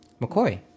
McCoy